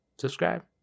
Subscribe